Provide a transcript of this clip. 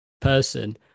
person